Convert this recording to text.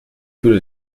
fülle